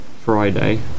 Friday